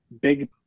big